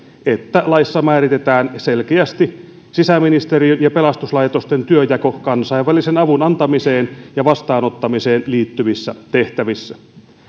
että laissa määritetään selkeästi sisäministeriön ja pelastuslaitosten työnjako kansainvälisen avun antamiseen ja vastaanottamiseen liittyvissä tehtävissä